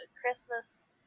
Christmas